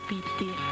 Pitti